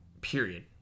period